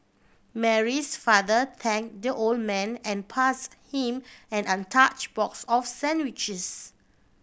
Mary's father thank the old man and pass him an untouch box of sandwiches